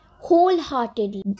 Wholeheartedly